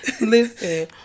Listen